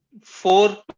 four